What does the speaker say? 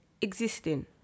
existing